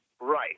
Right